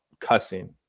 cussing